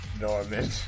Norman